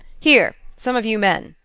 here, some of you men!